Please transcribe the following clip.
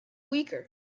weaker